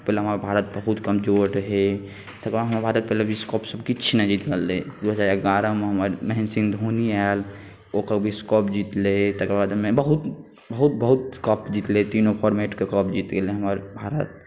पहिले हमर भारत बहुत कमजोर रहै तकर बाद हमर भारत विश्वकपसभ किछु नहि जीतल रहै दू हजार एगारहमे हमर महेन्द्र सिंह धोनी आयल ओसभ विश्वकप जितलै तकर बाद बहुत बहुत कप जितलै तीनो फौरमेटके कप जीत गेलै हमर भारत